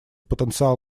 потенциал